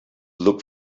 look